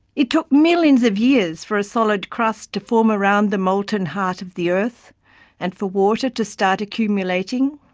it took millions of years for a solid crust to form around the molten heart of the earth and for water to start accumulating.